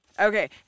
Okay